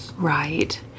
Right